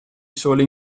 sole